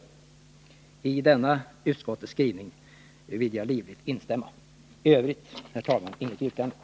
— I denna utskottets skrivning vill jag livligt instämma. I övrigt, herr talman, har jag inget yrkande.